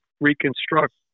reconstruct